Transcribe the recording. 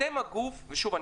אתם הגוף ושוב,